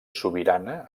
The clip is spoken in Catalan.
sobirana